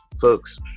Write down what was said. folks